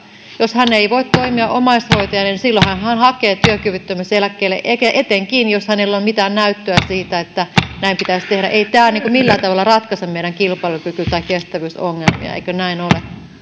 jos hän ei voi toimia omaishoitajana niin silloinhan hän hakee työkyvyttömyyseläkkeelle etenkin jos hänellä on mitään näyttöä siitä että näin pitäisi tehdä ei tämä millään tavalla ratkaise meidän kilpailukyky tai kestävyysongelmia eikö näin ole nyt